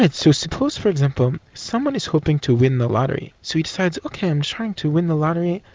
and so suppose for example someone is hoping to win the lottery, so he decides, ok i'm trying to win the lottery,